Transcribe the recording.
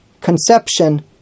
conception